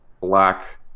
black